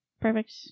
Perfect